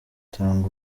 tanga